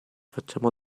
facciamo